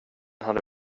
hade